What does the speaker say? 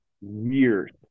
years